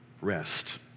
rest